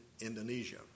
Indonesia